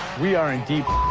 we are in deep